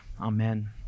Amen